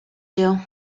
you